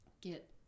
get